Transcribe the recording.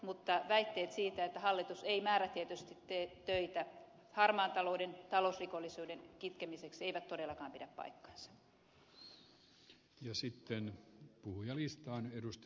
mutta väitteet siitä että hallitus ei määrätietoisesti tee töitä harmaan talouden ja talousrikollisuuden kitkemiseksi eivät todellakaan pidä paikkaansa